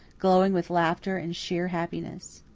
glowing with laughter and sheer happiness.